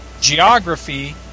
geography